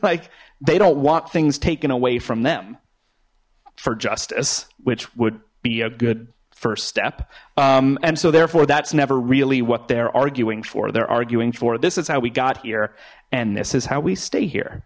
like they don't want things taken away from them for justice which would be a good first step and so therefore that's never really what they're arguing for they're arguing for this is how we got here and this is how we stay here